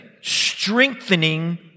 strengthening